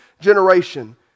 generation